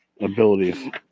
abilities